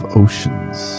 oceans